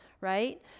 right